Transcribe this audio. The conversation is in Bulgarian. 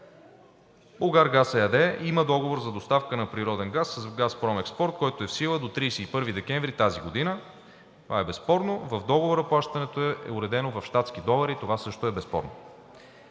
„Булгаргаз“ ЕАД има Договор за доставка на природен газ с „Газпром Експорт“, който е в сила до 31 декември тази година. Това е безспорно. В Договора плащането е уредено в щатски довари. Това също е безспорно.